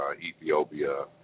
Ethiopia